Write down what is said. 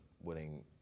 winning